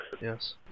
yes